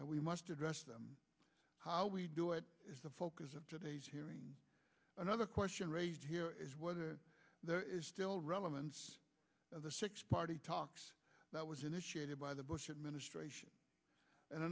and we must address them how we do it is the focus of today's hearing another question raised here is whether there is still relevance of the six party talks that was initiated by the bush administration and